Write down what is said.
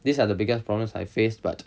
these are the biggest problems I faced but